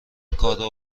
کارو